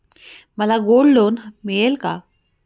मला gold loan मिळेल का?